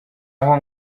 aho